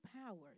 powers